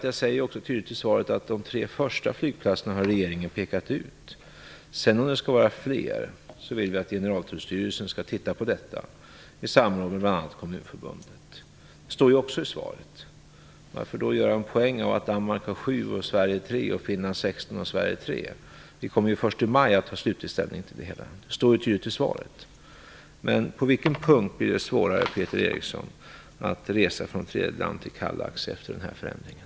Jag säger också tydligt i svaret att regeringen har pekat ut de tre första flygplatserna. Vi vill att Generaltullstyrelsen skall titta på om det skall vara fler i samråd med bl.a. Kommunförbundet. Det står också i svaret. Varför då göra en poäng av att Danmark har 7, Finland 16 och Sverige 3? Vi kommer ju att ta slutlig ställning till det hela först i maj. Det står ju tydligt i svaret. På vilken punkt blir det svårare att resa från tredje land till Kallax efter den här förändringen,